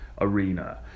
arena